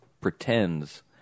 pretends